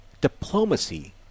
diplomacy